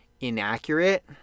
inaccurate